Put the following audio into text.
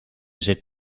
zit